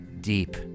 deep